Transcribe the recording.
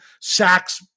sacks